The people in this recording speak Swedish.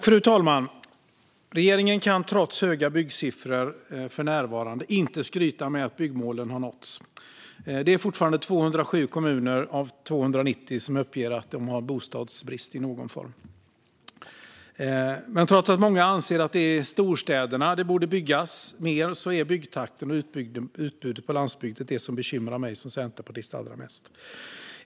Fru talman! Regeringen kan, trots höga byggsiffror för närvarande, inte skryta med att byggmålen har nåtts. Det är fortfarande 207 kommuner av 290 som uppger att de har bostadsbrist i någon form. Trots att många anser att det är i storstäderna som det borde byggas mer är byggtakten och utbudet på landsbygden det som bekymrar mig som centerpartist allra mest.